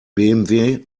bmw